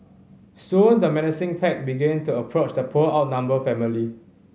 soon the menacing pack began to approach the poor outnumbered family